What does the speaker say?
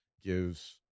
gives